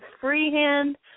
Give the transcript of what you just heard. Freehand